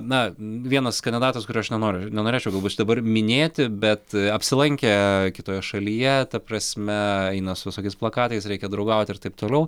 na vienas kandidatas kurio aš nenoriu nenorėčiau galbūt čia dabar minėti bet apsilankė kitoje šalyje ta prasme eina su visokiais plakatais reikia draugaut ir taip toliau